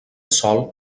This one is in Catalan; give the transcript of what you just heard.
sòl